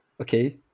Okay